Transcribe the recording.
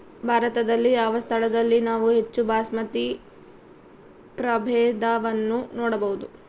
ಭಾರತದಲ್ಲಿ ಯಾವ ಸ್ಥಳದಲ್ಲಿ ನಾವು ಹೆಚ್ಚು ಬಾಸ್ಮತಿ ಪ್ರಭೇದವನ್ನು ನೋಡಬಹುದು?